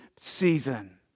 season